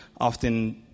Often